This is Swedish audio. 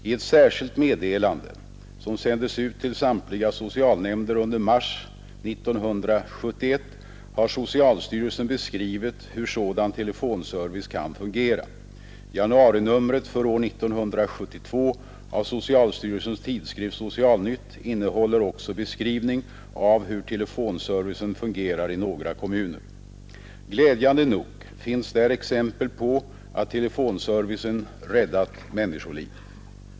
I ett särskilt meddelande, som sändes ut till samtliga socialnämnder under mars 1971, har socialstyrelsen beskrivit hur sådan telefonservice kan fungera. Januarinumret för år 1972 av socialstyrelsens tidskrift Socialnytt innehåller också beskrivning av hur telefonservicen fungerar i några kommuner. Glädjande nog finns där exempel på att telefonservicen räddat människoliv.